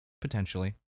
potentially